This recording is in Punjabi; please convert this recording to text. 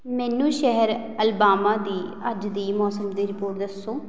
ਮੈਨੂੰ ਸ਼ਹਿਰ ਅਲਬਾਮਾ ਦੀ ਅੱਜ ਦੀ ਮੌਸਮ ਦੀ ਰਿਪੋਰਟ ਦੱਸੋ